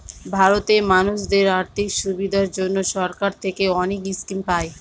ভারতে মানুষদের আর্থিক সুবিধার জন্য সরকার থেকে অনেক স্কিম পায়